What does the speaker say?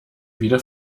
wieder